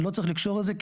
לא צריך לקשור את זה,